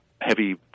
heavy